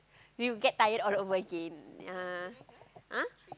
we'll get tired all over again ya uh